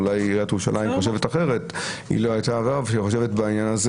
אולי עיריית ירושלים חושבת אחרת בעניין הזה